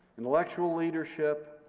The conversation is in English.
intellectual leadership,